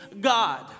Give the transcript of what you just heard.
God